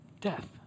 death